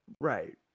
Right